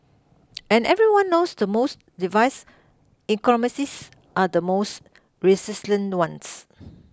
and everyone knows the most device ecosystems are the most resilient ones